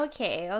Okay